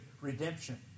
redemption